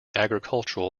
agricultural